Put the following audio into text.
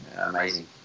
amazing